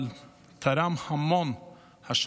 אבל הוא תרם המון השנה